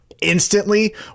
instantly